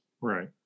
Right